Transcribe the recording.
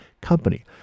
Company